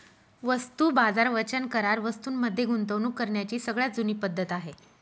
वस्तू बाजार वचन करार वस्तूं मध्ये गुंतवणूक करण्याची सगळ्यात जुनी पद्धत आहे